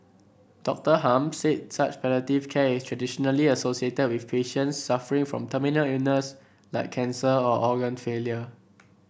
Doctor Hum said such palliative care is traditionally associated with patients suffering from terminal illness like cancer or organ failure